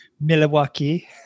Milwaukee